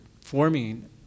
forming